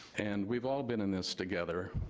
and, we've all been in this together.